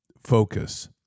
focus